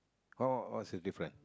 what what what's the different